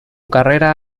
carrera